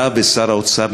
אתה ושר האוצר,